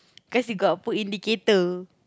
cause you got put indicator